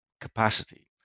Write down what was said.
capacity